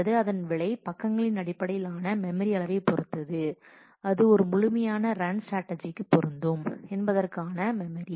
அல்லது அதன் விலை பக்கங்களின் அடிப்படையில் ஆன மெமரி அளவைப் பொறுத்தது அது ஒரு முழுமையான ஒரு ரன் ஸ்ட்ராட்டஜிக்கு பொருந்தும் என்பதற்கான ஆன மெமரி